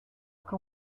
can